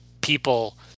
people